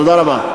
תודה רבה.